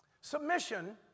Submission